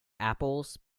apples